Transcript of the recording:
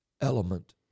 element